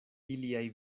iliaj